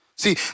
See